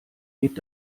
geht